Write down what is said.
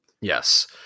Yes